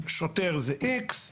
"שוטר זה X,